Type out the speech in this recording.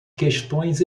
questões